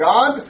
God